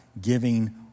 giving